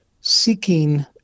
seeking